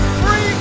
free